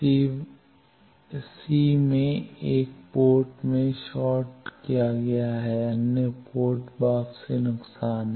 सी में 1 पोर्ट में शॉर्ट किया गया है अन्य पोर्ट वापसी नुकसान है